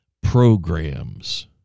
programs